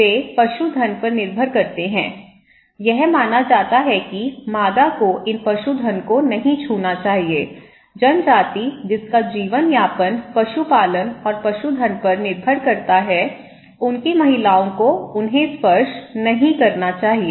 वे पशुधन पर निर्भर करते हैं यह माना जाता है कि मादा को इन पशुधन को नहीं छूना चाहिएजनजाति जिसका जीवनयापन पशुपालन और पशुधन पर निर्भर करता है उनकी महिलाओं को उन्हें स्पर्श नहीं करना चाहिए